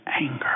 anger